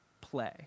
play